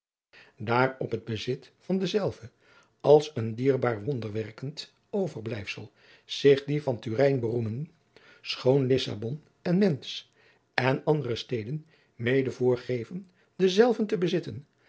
daar op het bezit van denzelven als een dierbaar wonderwerkend overblijfsel zich die van turin beroemen schoon lissabon en mentz en andere steden mede voorgeven denzelven te bezitten